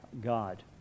God